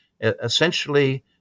Essentially